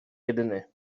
jedyny